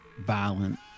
violent